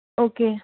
okay